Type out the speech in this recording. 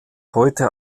heute